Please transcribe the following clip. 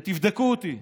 ותבדקו אותי: